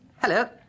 hello